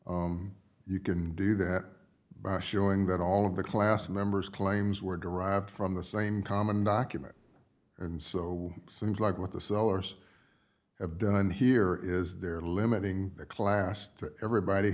met you can do that by showing that all of the class members claims were derived from the same common document and so it seems like what the sellers have done here is they're limiting the class to everybody